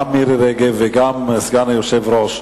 גם מירי רגב וגם סגן היושב-ראש,